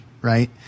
right